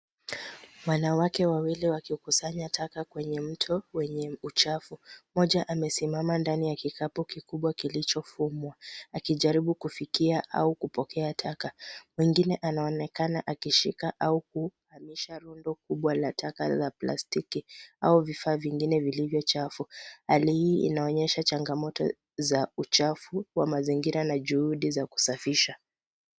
Wanawake wawili wakikusanya taka kwenye mto wenye uchafu, mmoja amesimama ndani ya kikapu kikubwa kilichofumwa, akijaribu kufikia au kupokea taka. Mwingine anaonekana akishika au kuhamisha rundo kubwa la taka la plastiki, au vifaa vingine vilivyochafu. Hali hii inaonyesha changamoto za uchafu kwa mazingira na juhudi za kusafisha.